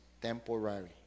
temporary